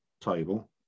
table